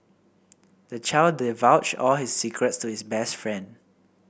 the child divulged all his secrets to his best friend